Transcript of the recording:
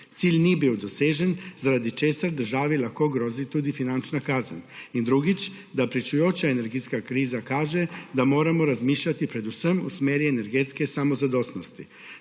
Cilj ni bil dosežen, zaradi česar državi lahko grozi tudi finančna kazen. In drugič. Da pričujoča energetska kriza kaže, da moramo razmišljati predvsem v smeri energetske samozadostnosti.